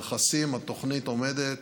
ברכסים התוכנית עומדת,